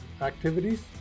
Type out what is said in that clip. activities